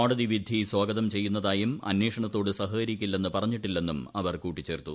കോടതി വിധി സ്വാഗതം ചെയ്യുന്നതായും അന്വേഷണത്തോട് സഹകരിക്കില്ലെന്ന് പറഞ്ഞിട്ടില്ലെന്നും അവർ കൂട്ടിച്ചേർത്തും